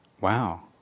wow